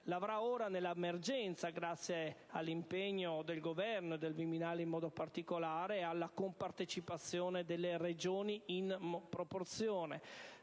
l'avrà ora nell'emergenza grazie all'impegno del Governo, e del Viminale in modo particolare, e alla compartecipazione delle Regioni in proporzione.